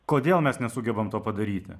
kodėl mes nesugebam to padaryti